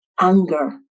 anger